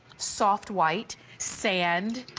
soft white, sand,